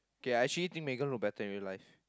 okay I actually think Megan look better in real life